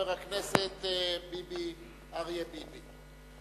חבר הכנסת אריה ביבי.